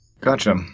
Gotcha